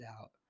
out